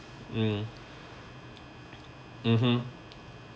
mm mmhmm